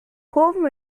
kurven